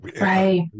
Right